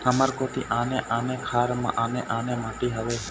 हमर कोती आने आने खार म आने आने माटी हावे?